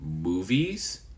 Movies